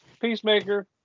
Peacemaker